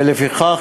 ולפיכך,